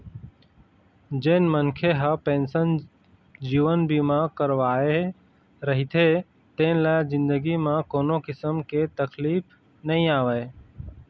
जेन मनखे ह पेंसन जीवन बीमा करवाए रहिथे तेन ल जिनगी म कोनो किसम के तकलीफ नइ आवय